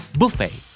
buffet